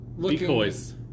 decoys